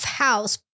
house